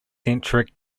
centric